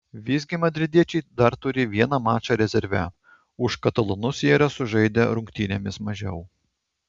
visgi madridiečiai dar turi vieną mačą rezerve už katalonus jie yra sužaidę rungtynėmis mažiau